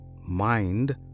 mind